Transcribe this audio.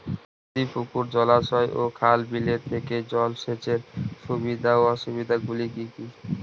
নদী পুকুর জলাশয় ও খাল বিলের থেকে জল সেচের সুবিধা ও অসুবিধা গুলি কি কি?